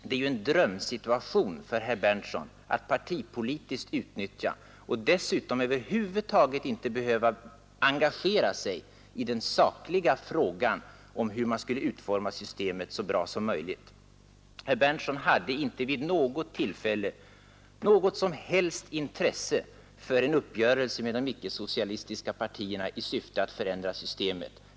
Det är ju en drömsituation för herr Berndtson att utnyttja partipolitiskt, att över huvud taget inte behöva engagera sig i sakfrågan om hur vi skall utforma systemet så bra som möjligt. Herr Berndtson hade inte vid något tillfälle intresse av en uppgörelse med de icke-socialistiska partierna i syfte att förändra systemet.